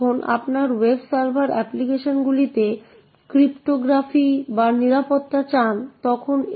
আমরা আসলে পরবর্তী user string এড্রেস এর দিকে দেখি